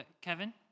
Kevin